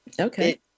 Okay